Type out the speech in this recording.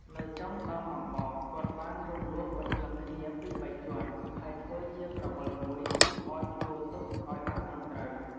នៅចុងដងអំបោស គាត់បានរំលួសបញ្ជាន់គ្នាពីរបីជាន់ ហើយធ្វើជាក្រវិលមួយទុកឲ្យព្យួរទុកអោយបានត្រឹមត្រូវ។